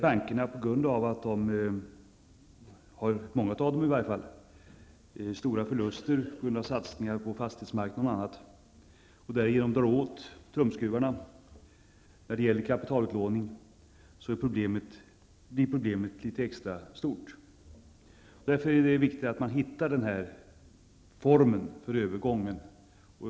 På grund av att många banker har stora förluster, till följd av satsningar på fastighetsmarknaden och annat, dras tumskruvarna åt när det gäller kapitalutlåning, och då blir problemet extra stort. Därför är det viktigt att man hittar en form för övergången.